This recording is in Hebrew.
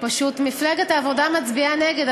פשוט מפלגת העבודה מצביעה נגד.